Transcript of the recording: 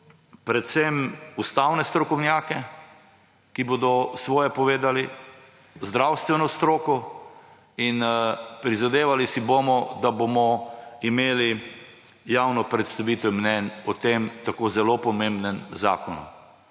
predvsem ustavne strokovnjake, ki bodo svoje povedali, zdravstveno stroko in prizadevali si bomo, da bomo imeli javno predstavitev mnenj o tem tako zelo pomembnem zakonu,